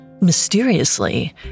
Mysteriously